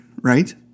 right